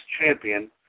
champion